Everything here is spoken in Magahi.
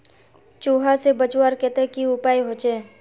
चूहा से बचवार केते की उपाय होचे?